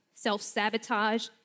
self-sabotage